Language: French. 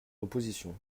l’opposition